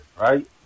right